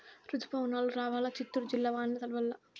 రుతుపవనాలు రావాలా చిత్తూరు జిల్లా వానల్ల తడవల్ల